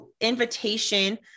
invitation